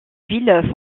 ville